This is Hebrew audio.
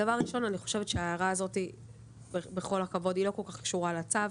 דבר ראשון אני חושבת שההערה הזאת בכל הכבוד היא לא כל כך קשורה לצו,